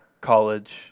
college